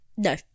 No